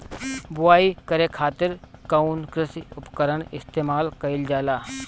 बुआई करे खातिर कउन कृषी उपकरण इस्तेमाल कईल जाला?